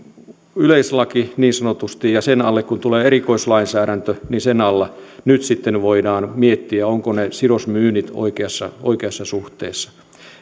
yleislaki niin sanotusti ja sen alle kun tulee erikoislainsäädäntö niin sen alla voidaan nyt sitten miettiä ovatko ne sidosmyynnit oikeassa oikeassa suhteessa